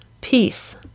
peace